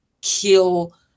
kill